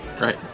Right